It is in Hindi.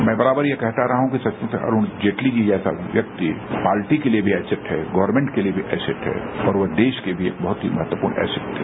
मैं बराबर यह कहता रहा हूं कि सचमुच अरूण जेटली जी जैसा व्यक्ति पार्टी के लिए एसेट हैं गवर्नेमेंट के लिए भी एसेट हैं ओर वो देश के लिए भी बहुत ही महत्वपूर्ण एसेट हैं